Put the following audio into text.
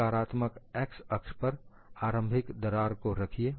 नकारात्मक x अक्ष पर आरंभिक दरार को रखिए